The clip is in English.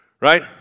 Right